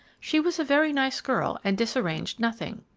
she was a very nice girl and disarranged nothing.